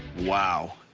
wow.